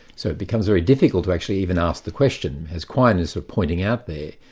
so it becomes very difficult to actually even ask the question as quine is pointing out there,